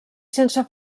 sense